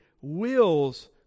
wills